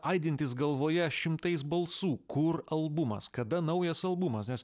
aidintis galvoje šimtais balsų kur albumas kada naujas albumas nes